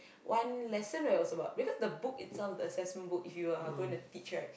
one lesson right it was about because the book itself the assessment book if you are going to teach right